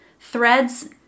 threads